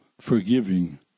forgiving